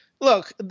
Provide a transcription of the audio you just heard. Look